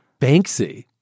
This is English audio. Banksy